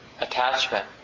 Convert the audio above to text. attachment